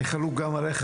אני חלוק גם עליך,